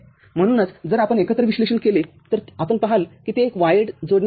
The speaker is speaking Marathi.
म्हणून जर आपण एकत्र विश्लेषण केले तर आपण पहाल की ते एक वायर्ड AND जोडणी देईल